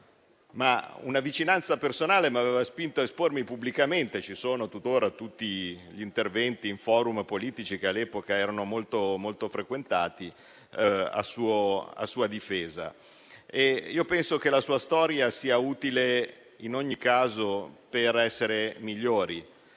una vicinanza personale mi aveva spinto ad espormi pubblicamente. Ci sono tuttora i miei interventi a sua difesa nei *forum* politici, che all'epoca erano molto frequentati. Penso che la sua storia sia utile, in ogni caso, per essere migliori.